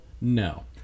No